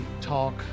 talk